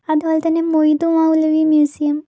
അതുപോലെത്തന്നെ മൊയ്തു മൗലവി മ്യുസിയം